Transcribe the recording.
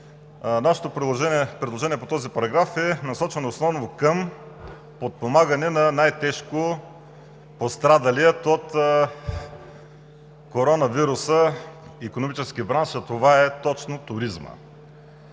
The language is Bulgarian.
нашето предложение по този параграф е насочено основно към подпомагане на най-тежко пострадалия от коронавируса икономически бранш, а това е точно туризмът.